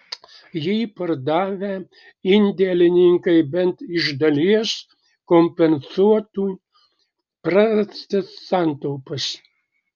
jį pardavę indėlininkai bent iš dalies kompensuotų prarastas santaupas